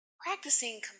Practicing